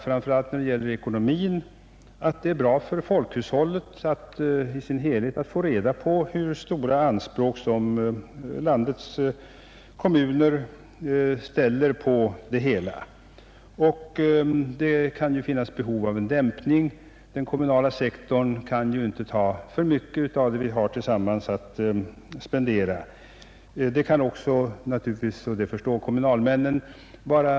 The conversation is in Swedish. Framför allt när det gäller ekonomin är det ju bra för folkhushållet i dess helhet att få reda på hur stora anspråk landets kommuner har. Den kommunala sektorn kan inte få ta i anspråk för mycket av de samlade tillgångarna. Det kan därför behövas en dämpning och det förstår kommunalmännen.